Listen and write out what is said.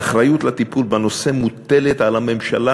האחריות לטיפול בנושא מוטלת על הממשלה,